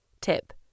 Tip